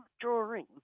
drawing